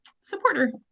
supporter